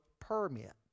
permit